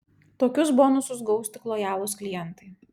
tokius bonusus gaus tik lojalūs klientai